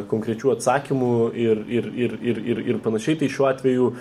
konkrečių atsakymų ir ir ir ir ir panašiai tai šiuo atveju